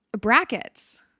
brackets